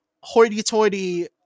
hoity-toity